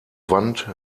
wand